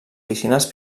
piscines